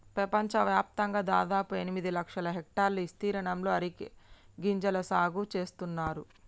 పెపంచవ్యాప్తంగా దాదాపు ఎనిమిది లక్షల హెక్టర్ల ఇస్తీర్ణంలో అరికె గింజల సాగు నేస్తున్నారు